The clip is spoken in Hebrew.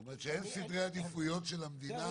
זאת אומרת שאין סדרי עדיפויות של המדינה